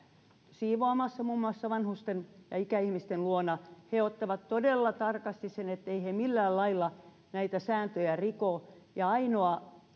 siivoamassa muun muassa vanhusten ja ikäihmisten luona he ottavat todella tarkasti sen etteivät he millään lailla näitä sääntöjä riko ja ainoa